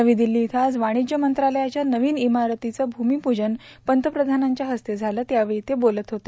नवी दिल्ली इथं आज वाणिज्य मंत्रालयाच्या नवीन इमारतीचं भूमिपूजन पंतप्रधानांच्या हस्ते झालं त्यावेळी ते बोलत होते